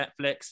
Netflix